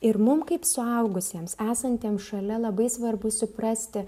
ir mum kaip suaugusiems esantiem šalia labai svarbu suprasti